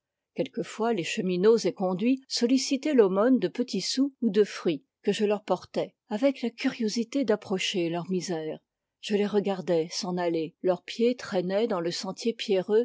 quelquefois les chemineaux éconduits sollicitaient l'aumône de petits sous ou de fruits que je leur portais avec la curiosité d'approcher leur misère je les regardais s'en aller leurs pieds traînaient dans le sentier pierreux